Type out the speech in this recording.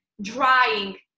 drying